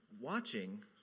watching